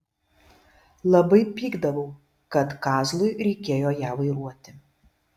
labai pykdavau kad kazlui reikėjo ją vairuoti